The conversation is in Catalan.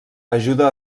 ajuda